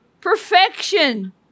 Perfection